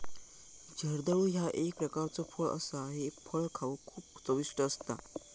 जर्दाळू ह्या एक प्रकारचो फळ असा हे फळ खाउक खूप चविष्ट असता